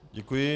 Děkuji.